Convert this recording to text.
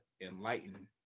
enlighten